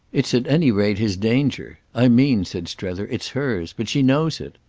it's at any rate his danger. i mean, said strether, it's hers. but she knows it.